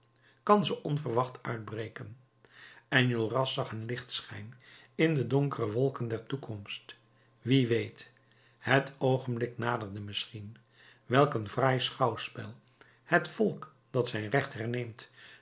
kan ze onverwacht uitbreken enjolras zag een lichtschijn in de donkere wolken der toekomst wie weet het oogenblik naderde misschien welk een fraai schouwspel het volk dat zijn recht herneemt